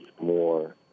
more